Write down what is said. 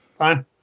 Fine